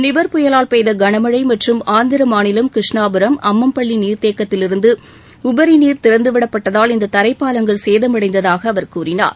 நிவர் புயலால் பெய்த கனமழை மற்றும் ஆந்திர மாநிலம் கிருஷ்ணாபுரம் அம்மம்பள்ளி நீர்த்தேக்கதிலிருந்து உபரி நீர் திறந்துவிடப்பட்டதால் இந்த தரைப்பாலங்கள் சேதமடைந்ததாக அவர் கூறினார்